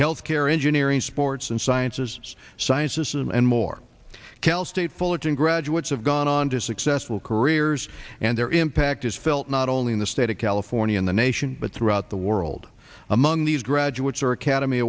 health care engineering sports and sciences sciences and more cal state fullerton graduates have gone on to successful careers and their impact is felt not only in the state of california and the nation but throughout the world among these graduates are academy